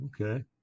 Okay